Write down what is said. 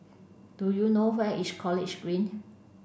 do you know where is College Green